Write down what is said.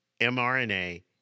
mRNA